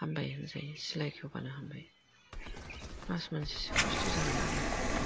हामबाय होनजायो सिलाय खेवबानो हामबाय मास मोनसेसो खस्थ' जागोन आरो